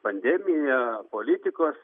pandemija politikos